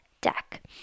deck